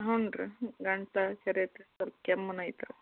ಹ್ಞೂ ರೀ ಗಂಟ್ಲು ಕೆರಿತಿತ್ತು ಸ್ವಲ್ಪ ಕೆಮ್ಮುನೂ ಐತ್ರಿ